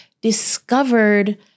discovered